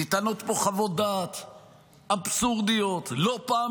ניתנות פה חוות דעת אבסורדיות, לא פעם